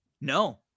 No